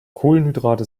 kohlenhydrate